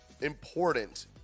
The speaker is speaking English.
important